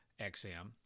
XM